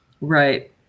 Right